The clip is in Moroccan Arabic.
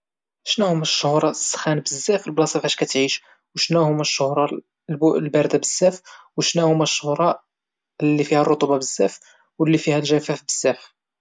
شناهوما الشهورا السخان بزاف فالبلاصة فاش كتعيش، وشناهوما الشهورا الباردة بزاف وشناهوما الشهورا اللي فيها الرطوبة بزاف واللي فيها الجفاف بزاف؟